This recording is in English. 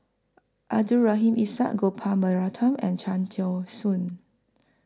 Abdul Rahim Ishak Gopal Baratham and Cham Tao Soon